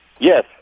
Yes